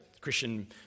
Christian